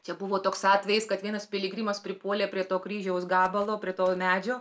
čia buvo toks atvejis kad vienas piligrimas pripuolė prie to kryžiaus gabalo prie to medžio